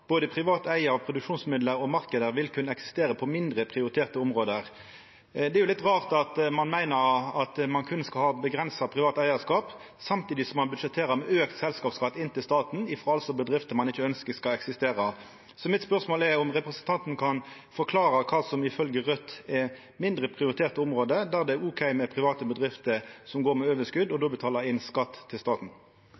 Både privat eie av produksjonsmidler og markeder vil kunne eksistere på mindre prioriterte områder.» Det er jo litt rart at ein meiner at ein berre skal ha avgrensa privat eigarskap samtidig som ein budsjetterer med auka selskapsskatt inn til staten frå bedrifter ein altså ikkje ønskjer skal eksistera. Mitt spørsmål er om representanten kan forklara kva som ifølgje Raudt er «mindre prioriterte områder» der det er ok med private bedrifter som går med overskot og